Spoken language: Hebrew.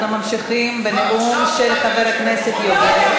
אנחנו ממשיכים בנאום של חבר הכנסת יוגב.